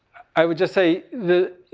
i would just say that,